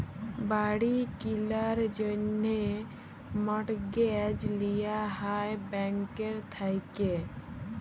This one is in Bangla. বাড়ি কিলার জ্যনহে মর্টগেজ লিয়া হ্যয় ব্যাংকের থ্যাইকে